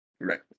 Right